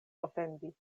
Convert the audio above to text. ofendi